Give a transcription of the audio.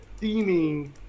theming